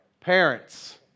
parents